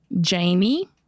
Jamie